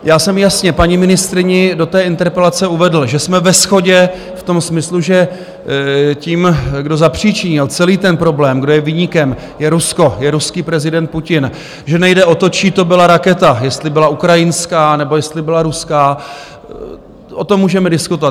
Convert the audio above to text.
Já jsem jasně paní ministryni do té interpelace uvedl, že jsme ve shodě v tom smyslu, že tím, kdo zapříčinil celý ten problém, kdo je viníkem, je Rusko, je ruský prezident Putin, že nejde o to, čí to byla raketa, jestli byla ukrajinská, nebo jestli byla ruská, o tom můžeme diskutovat.